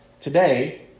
today